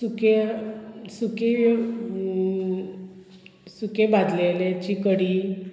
सुकें सुकें सुकें बाजलेलेंची कडी